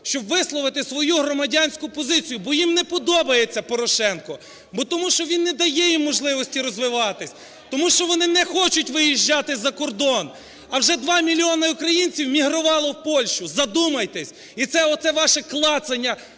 щоб висловити свою громадянську позицію, бо їм не подобається Порошенко. Бо тому, що він не дає їм можливості розвиватись. Тому що вони не хочуть виїжджати за кордон. А вже 2 мільйони українців мігрувало в Польщу. Задумайтесь! І це, оце ваше клацання